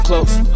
close